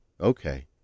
Okay